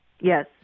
Yes